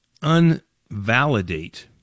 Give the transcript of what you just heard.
unvalidate